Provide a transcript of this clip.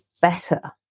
better